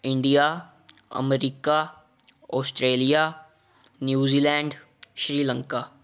India America Australia New Zealand Sri Lanka